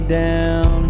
down